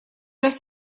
раз